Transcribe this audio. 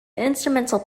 instrumental